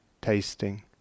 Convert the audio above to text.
tasting